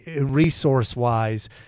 resource-wise